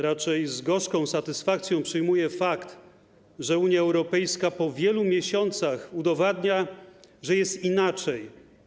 Raczej z gorzką satysfakcją przyjmuję fakt, że Unia Europejska po wielu miesiącach udowadnia, że jest inaczej.